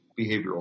behavioral